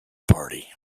party